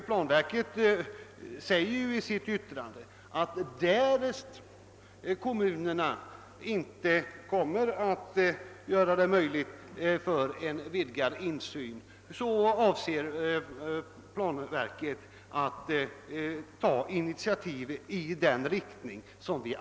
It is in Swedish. Planverket säger ju också i sitt yttrade att verket, därest kommunerna inte gör en vidgad insyn möjlig, avser att ta ett initiativ i den riktningen.